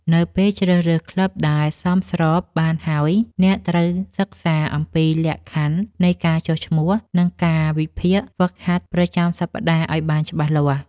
នៅពេលជ្រើសរើសក្លឹបដែលសមស្របបានហើយ អ្នកត្រូវសិក្សាអំពីលក្ខខណ្ឌនៃការចុះឈ្មោះ និងកាលវិភាគហ្វឹកហាត់ប្រចាំសប្តាហ៍ឱ្យបានច្បាស់លាស់។